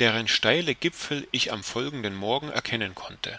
deren steile gipfel ich am folgenden morgen erkennen konnte